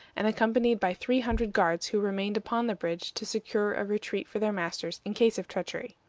and accompanied by three hundred guards, who remained upon the bridge to secure a retreat for their masters in case of treachery.